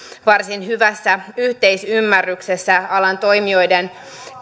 varsin hyvässä yhteisymmärryksessä alan toimijoiden